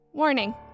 Warning